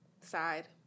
Side